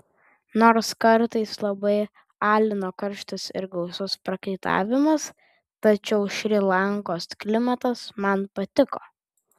nors kartais labai alino karštis ir gausus prakaitavimas tačiau šri lankos klimatas man patiko